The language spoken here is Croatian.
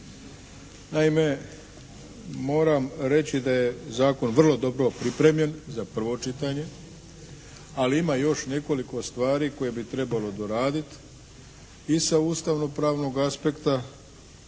Naime moram reći da je zakon vrlo dobro pripremljen za prvo čitanje, ali ima još nekoliko stvari koje bi trebalo doraditi i sa ustavnopravnog aspekta